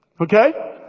Okay